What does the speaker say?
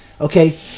Okay